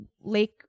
lake